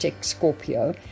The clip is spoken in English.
Scorpio